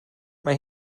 mae